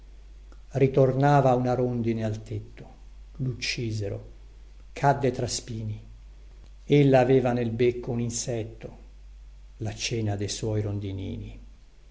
ritornava una rondine al tetto luccisero cadde tra spini ella aveva nel becco un insetto la cena de suoi rondinini